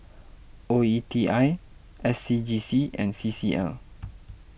O E T I S C G C and C C L